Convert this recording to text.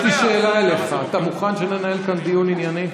יש לי שאלה אליך: אתה מוכן שננהל כאן דיון ענייני?